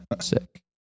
Sick